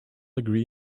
agree